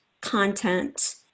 content